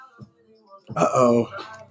Uh-oh